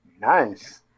Nice